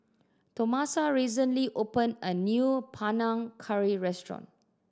Tomasa recently opened a new Panang Curry restaurant